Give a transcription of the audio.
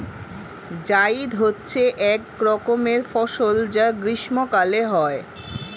জায়িদ হচ্ছে এক রকমের ফসল যা গ্রীষ্মকালে হয়